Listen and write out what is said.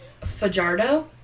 Fajardo